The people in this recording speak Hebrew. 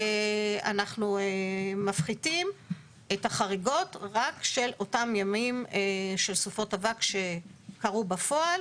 אנחנו מפחיתים את החריגות רק של אותם ימים של סופות אבק שקרו בפועל,